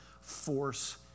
force